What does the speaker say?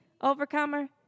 Overcomer